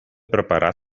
preparar